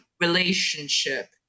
relationship